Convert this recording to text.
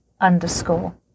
underscore